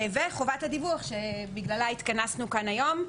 וחובת הדיווח שבגללה התכנסנו כאן היום.